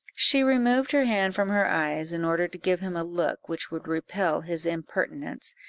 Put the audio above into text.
she removed her hand from her eyes, in order to give him a look which would repel his impertinence,